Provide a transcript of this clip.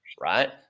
right